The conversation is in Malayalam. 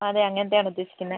അ അങ്ങത്തെയാണ് ഉദ്ദേശിക്കുന്നത്